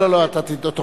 לא, אתה תוכל.